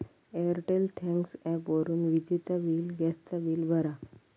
Airtel thanks ॲपवरून विजेचा bill, gas चा बिल भरा